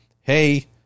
Hey